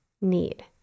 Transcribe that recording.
need